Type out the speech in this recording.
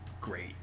great